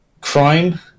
Crime